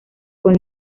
con